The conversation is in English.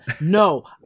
no